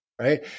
right